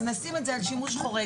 אז נשים את זה על שימוש חורג.